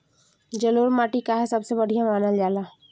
जलोड़ माटी काहे सबसे बढ़िया मानल जाला?